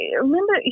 remember